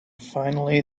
finally